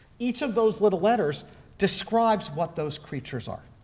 each of those little letters describes what those creatures are.